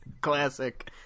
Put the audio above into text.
Classic